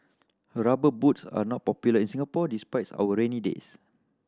Rubber Boots are not popular in Singapore despite our rainy days